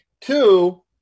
Two